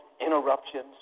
interruptions